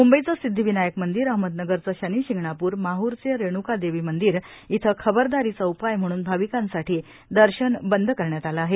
मुंबईचे सिद्धी विनायक मंदिर अहमदनगरचे शनिशिंगनाप्र माहरचे रेण्का देवी मंदिर इथं खबरदारीचा उपाय म्हणून भाविकांसाठी दर्शन बंद करण्यात आलं आहे